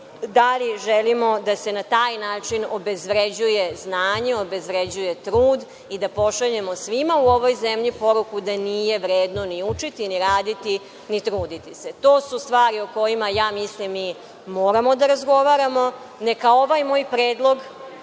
da li želimo da se na taj način obezvređuje znanje, obezvređuje trud i da pošaljemo svima u ovoj zemlji poruku da nije vredno ni učiti, ni raditi, ni truditi se? To su stvari o kojima, ja mislim, moramo da razgovaramo. Neka ovaj moj predlog